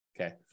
Okay